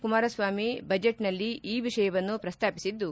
ಕುಮಾರಸ್ವಾಮಿ ಬಚೆಟ್ನಲ್ಲಿ ಈ ವಿಷಯವನ್ನು ಪ್ರುತಾಪಿಸದ್ದು